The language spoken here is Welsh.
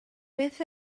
beth